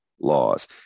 laws